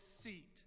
seat